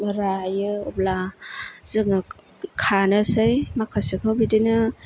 रायो अब्ला जोङो खानोसै माखासेखौ बिदिनो